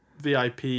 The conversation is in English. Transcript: VIP